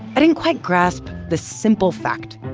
i didn't quite grasp this simple fact